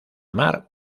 mar